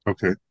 Okay